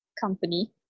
company